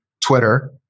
Twitter